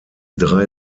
drei